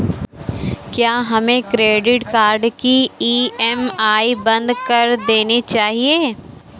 क्या हमें credit card की ई.एम.आई बंद कर देनी चाहिए?